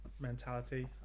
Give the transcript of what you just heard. mentality